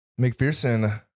McPherson